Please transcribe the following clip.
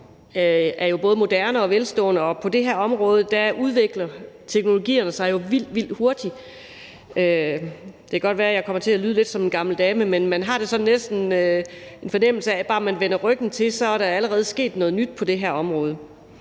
er moderne og velstående, og på det her område udvikler teknologierne sig jo vildt hurtigt. Det kan godt være, at jeg kommer til at lyde lidt som en gammel dame, men man har næsten en fornemmelse af, at bare man vender ryggen til, så er der allerede sket noget nyt på det her område.